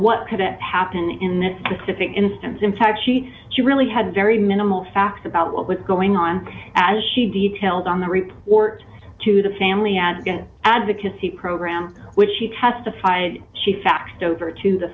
what could happen in this specific instance in fact she she really had very minimal facts about what was going on as she details on the report to the family as advocacy program which she testified she faxed over to the